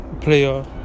Player